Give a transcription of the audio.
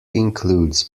includes